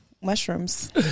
Mushrooms